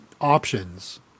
options